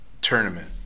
tournament